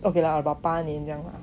okay lah about 八年这样